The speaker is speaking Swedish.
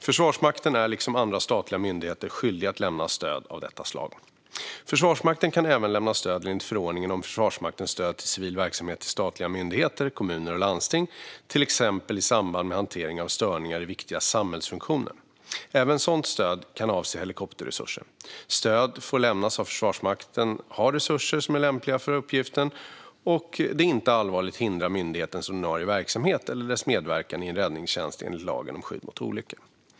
Försvarsmakten är liksom andra statliga myndigheter skyldiga att lämna stöd av detta slag. Försvarsmakten kan även lämna stöd enligt förordningen om Försvarsmaktens stöd till civil verksamhet till statliga myndigheter, kommuner och landsting, till exempel i samband med hantering av störningar i viktiga samhällsfunktioner. Även sådant stöd kan avse helikopterresurser. Stöd får lämnas om Försvarsmakten har resurser som är lämpliga för uppgiften och det inte allvarligt hindrar myndighetens ordinarie verksamhet eller dess medverkan i en räddningsinsats enligt lagen om skydd mot olyckor.